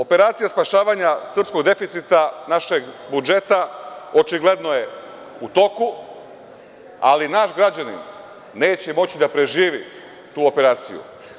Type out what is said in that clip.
Operacija spašavanja srpskog deficita našeg budžeta očigledno je u toku, ali naš građanin neće moći da preživi tu operaciju.